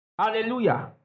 Hallelujah